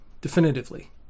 definitively